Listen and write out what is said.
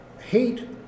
hate